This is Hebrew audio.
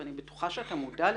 אני בטוחה שאתה מודע לזה.